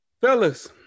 Fellas